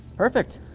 perfect.